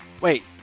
Wait